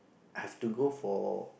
have to go for